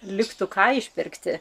liktų ką išpirkti